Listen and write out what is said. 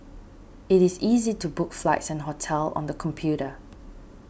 it is easy to book flights and hotels on the computer